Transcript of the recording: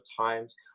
times